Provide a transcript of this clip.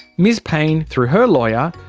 ms payne, through her lawyer,